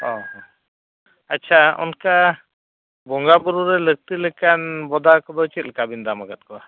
ᱚ ᱟᱪᱪᱷᱟ ᱚᱱᱠᱟ ᱵᱚᱸᱜᱟᱼᱵᱩᱨᱩᱨᱮ ᱞᱟᱹᱠᱛᱤ ᱞᱮᱠᱟᱱ ᱵᱚᱫᱟ ᱠᱚᱫᱚ ᱪᱮᱫ ᱞᱮᱠᱟᱵᱤᱱ ᱫᱟᱢ ᱟᱠᱟᱫ ᱠᱚᱣᱟ